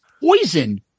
Poison